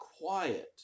quiet